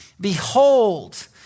Behold